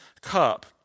cup